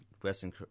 Western